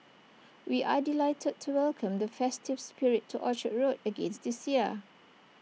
we are delighted to welcome the festive spirit to Orchard road again this year